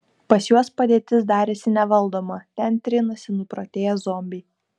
pas juos padėtis darėsi nevaldoma ten trinasi nuprotėję zombiai